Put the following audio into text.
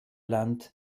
land